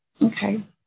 Okay